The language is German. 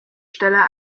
stelle